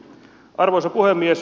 arvoisa puhemies